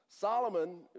Solomon